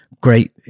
great